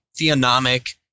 theonomic